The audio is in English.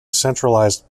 centralized